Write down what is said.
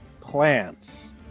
plants